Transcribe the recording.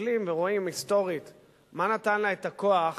שוקלים ורואים היסטורית מה נתן לה את הכוח